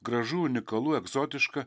gražu unikalu egzotiška